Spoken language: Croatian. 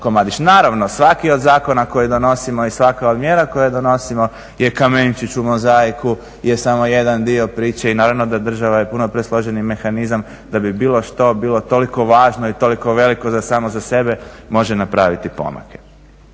Naravno, svaki od zakona koje donosimo i svaka od mjera koje donosimo je kamenčić u mozaiku, samo jedan dio priče i naravno da država je puno presloženi mehanizam da bi bilo što bilo toliko važno i toliko veliko da samo za sebe može napraviti pomake.